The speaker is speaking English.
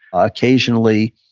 occasionally,